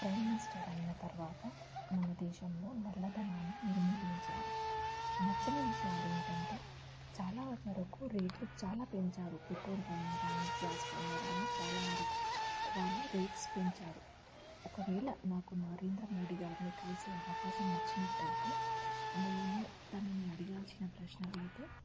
prime minister అయిన తర్వాత మన దేశంలో నల్లధనాన్ని నిర్మూలించారు నచ్చని విషయాలు ఏంటంటే చాలావరకు రేట్లు చాలా పెంచారు పెట్రోల్ పైనా కాని గ్యాస్ పైన కాని చాలావరకు వాళ్ళు రేట్స్ పెంచారు ఒకవేళ నాకు నరేంద్ర మోడీ గారిని కలిసి అవకాశం వచ్చినట్టు అయితే నేను తనని అడిగాల్సిన ప్రశ్నలు అయితే